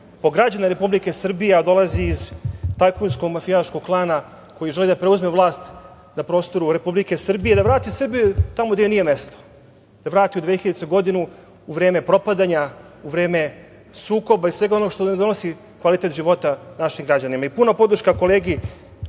po građane Republike Srbije, a dolazi iz tajkunsko mafijaškog klana koji želi da preuzme vlast na prostoru Republike Srbije i da vrati Srbiju tamo gde joj nije mesto. Da vrati u 2000. godinu u vreme propadanja, u vreme sukoba i svega onoga što donosi kvalitet života našim građanima. Puna podrška kolegi